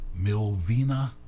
Milvina